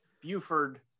Buford